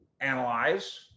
analyze